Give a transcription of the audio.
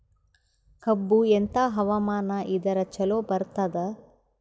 ಕಬ್ಬು ಎಂಥಾ ಹವಾಮಾನ ಇದರ ಚಲೋ ಬರತ್ತಾದ?